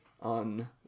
on